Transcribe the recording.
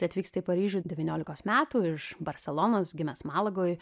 atvyksta į paryžių devyniolikos metų iš barselonos gimęs malagoj